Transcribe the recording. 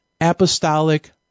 Apostolic